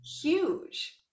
huge